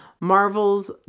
Marvel's